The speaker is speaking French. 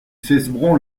cesbron